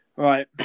Right